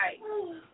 right